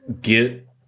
get